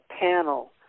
panel